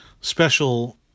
special